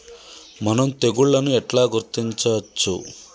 మనం తెగుళ్లను ఎట్లా గుర్తించచ్చు?